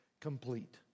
complete